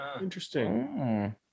Interesting